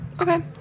okay